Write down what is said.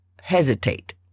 hesitate